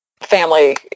family